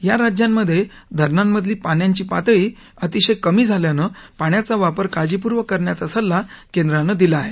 या राज्यांमधे धरणांमधली पाण्याची पातळी अतिशय कमी झाल्याने पाण्याचा वापर काळजीपूर्वक करण्याचा सल्ला केंद्राने दिला आहे